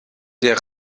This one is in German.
der